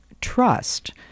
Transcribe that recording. trust